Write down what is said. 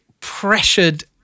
pressured